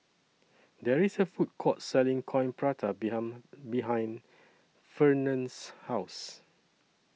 There IS A Food Court Selling Coin Prata behind behind Fernand's House